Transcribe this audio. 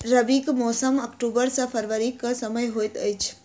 रबीक मौसम अक्टूबर सँ फरबरी क समय होइत अछि